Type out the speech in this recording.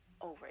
over